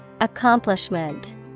Accomplishment